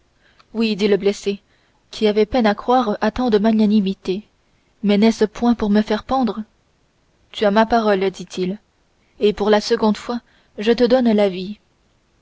oui dit le blessé qui avait peine à croire à tant de magnanimité mais n'est-ce point pour me faire pendre tu as ma parole dit-il et pour la seconde fois je te donne la vie